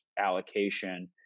allocation